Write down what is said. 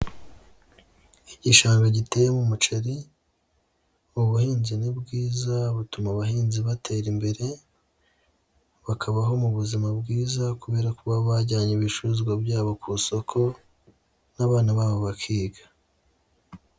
Igishanga giteyemo muceri, ubuhinzi ni bwizaza butuma abahinzi batera imbere, bakabaho mu buzima bwiza kubera ko baba bajyanye ibicuruzwa byabo ku isoko, n'abana babo bakiga.